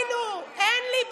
תבינו, אין לי בעיה,